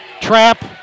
trap